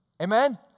Amen